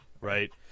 right